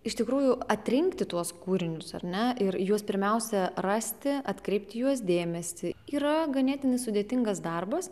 iš tikrųjų atrinkti tuos kūrinius ar ne ir juos pirmiausia rasti atkreipti į juos dėmesį yra ganėtinai sudėtingas darbas